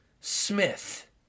Smith